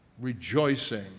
rejoicing